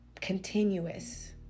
continuous